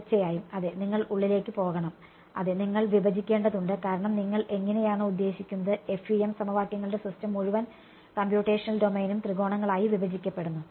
തീർച്ചയായും അതെ നിങ്ങൾ ഉള്ളിലേക്ക് പോകണം അതെ നിങ്ങൾ വിഭജിക്കേണ്ടതുണ്ട് കാരണം നിങ്ങൾ എങ്ങനെയാണ് ഉദ്ദേശിക്കുന്നത് FEM സമവാക്യങ്ങളുടെ സിസ്റ്റം മുഴുവൻ കമ്പ്യൂട്ടേഷണൽ ഡൊമെയ്നും ത്രികോണങ്ങളായി വിഭജിക്കപ്പെടുന്നു